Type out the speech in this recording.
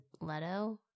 leto